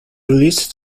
released